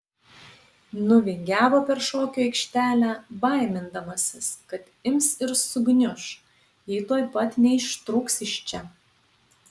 nuvingiavo per šokių aikštelę baimindamasis kad ims ir sugniuš jei tuoj pat neištrūks iš čia